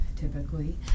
Typically